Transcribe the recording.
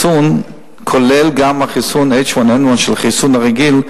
שהחיסון כולל גם חיסון נגד H1N1, החיסון הרגיל,